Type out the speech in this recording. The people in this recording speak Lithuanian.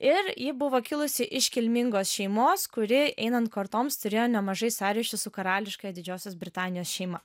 ir ji buvo kilusi iš kilmingos šeimos kuri einant kartoms turėjo nemažai sąryšių su karališkąja didžiosios britanijos šeima